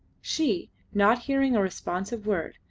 she, not hearing a responsive word,